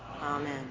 Amen